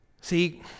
See